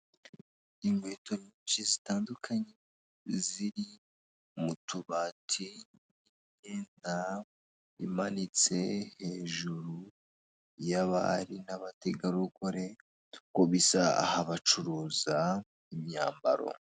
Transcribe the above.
Inkweto nyinshi zitandukanye, ziri mu tubati, imyenda imanitse hejuru y'abari n'abategarugori, uko bisa aha bacuruza imyambaro.